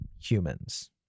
humans